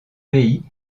pays